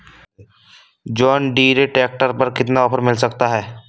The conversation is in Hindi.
जॉन डीरे ट्रैक्टर पर कितना ऑफर मिल सकता है?